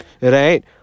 Right